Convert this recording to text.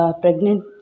pregnant